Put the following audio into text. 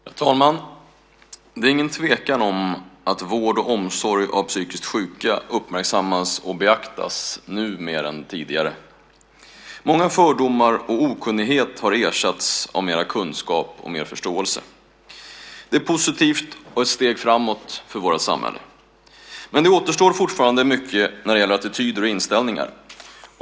Herr talman! Det är ingen tvekan om att vård av och omsorg om psykiskt sjuka uppmärksammas och beaktas, nu mer än tidigare. Många fördomar och okunnighet har ersatts av mer kunskap och mer förståelse. Det är positivt och ett steg framåt för vårt samhälle. Men det återstår fortfarande mycket när det gäller attityder och inställningar.